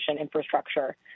infrastructure